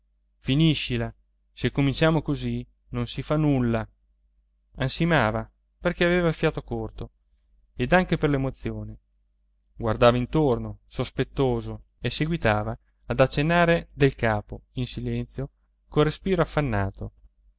finiscila se cominciamo così non si fa nulla ansimava perché aveva il fiato corto ed anche per l'emozione guardava intorno sospettoso e seguitava ad accennare del capo in silenzio col respiro affannato